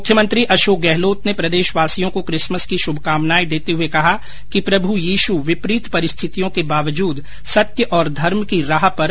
मुख्यमंत्री अशोक गहलोत ने प्रदेशवासियों को किसमस की शुभकामनाए देते हुए कहा है कि प्रभु यीशु विपरीत परिस्थितियों के बावजूद सत्य और धर्म की राह पर अडिग रहे